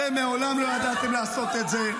אתם מעולם לא ידעתם לעשות את זה.